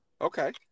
Okay